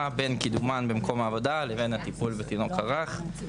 בין קידומן במקום העבודה לבין הטיפול בתינוק הרך.